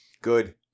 Good